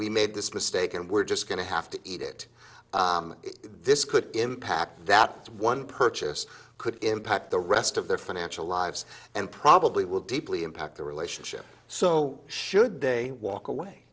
we made this mistake and we're just going to have to eat it this could impact that one purchase could impact the rest of their financial lives and probably will deeply impact their relationship so should they walk away